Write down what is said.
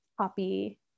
copy